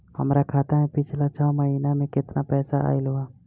हमरा खाता मे पिछला छह महीना मे केतना पैसा आईल बा?